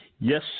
Yes